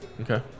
Okay